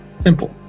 Simple